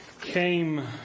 came